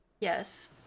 Yes